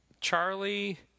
Charlie